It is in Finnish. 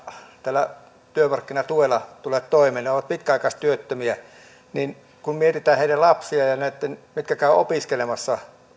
tällä työmarkkinatuella he tulevat toimeen he ovat pitkäaikaistyöttömiä kun mietitään heidän lapsiaan ja näitä jotka käyvät opiskelemassa